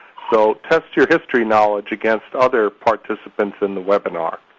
so test your history knowledge against other participants in the webinar.